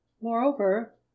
Moreover